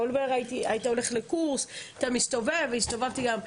היית הולך לקורס, אתה מסתובב, הסתובבתי גם.